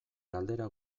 galdera